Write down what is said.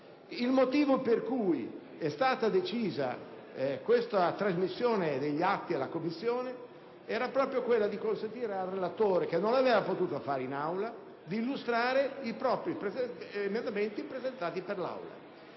Il motivo per cui è stata decisa la trasmissione degli atti alla Commissione è stato proprio quello di consentire al relatore - che non aveva potuto farlo in Aula - di illustrare i propri emendamenti presentati, appunto, per l'Aula.